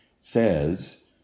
says